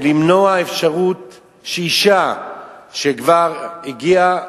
כדי למנוע אפשרות שאשה שכבר הגיעה